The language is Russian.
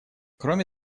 кроме